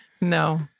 No